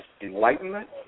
enlightenment